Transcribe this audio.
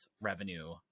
revenue